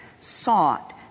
sought